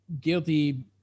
guilty